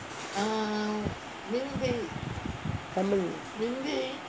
tamil